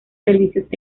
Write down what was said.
servicios